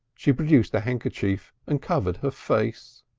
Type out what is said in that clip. she produced a handkerchief and covered her face.